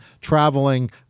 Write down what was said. traveling